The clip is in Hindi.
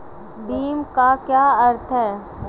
भीम का क्या अर्थ है?